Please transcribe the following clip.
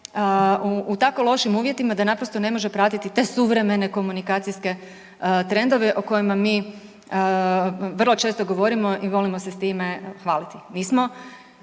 u tako lošim uvjetima da naprosto ne može pratiti te suvremene komunikacijske trendove o kojima mi vrlo često govorimo i volimo se s time hvaliti.